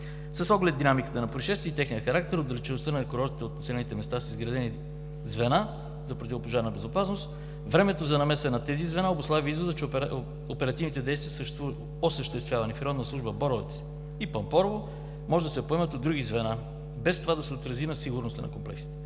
С оглед динамиката на произшествията и техния характер и отдалечеността на курортите от населените места са изградени звена за противопожарна безопасност. Времето за намеса на тези звена обуславя извода, че оперативните действия, осъществявани в Районна служба „Боровец“ и „Пампорово“, може да се поемат от други звена, без това да се отрази на сигурността на комплексите.